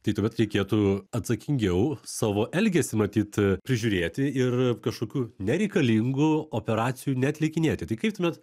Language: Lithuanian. tai tuomet reikėtų atsakingiau savo elgesį matyt prižiūrėti ir kažkokių nereikalingų operacijų neatlikinėti tai kaip tuomet